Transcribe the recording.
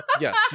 Yes